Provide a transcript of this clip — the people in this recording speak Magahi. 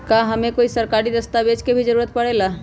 का हमे कोई सरकारी दस्तावेज के भी जरूरत परे ला?